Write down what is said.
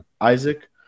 Isaac